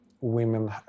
women